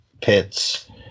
pits